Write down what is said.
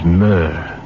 myrrh